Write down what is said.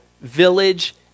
village